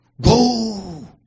go